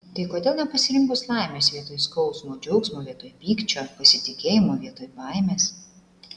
tai kodėl nepasirinkus laimės vietoj skausmo džiaugsmo vietoj pykčio pasitikėjimo vietoj baimės